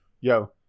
yo